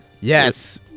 yes